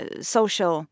social